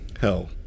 Hell